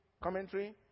commentary